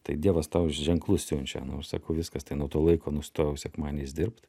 tai dievas tau ženklus siunčia nu sakau viskas tai nuo to laiko nustojau sekmadieniais dirbt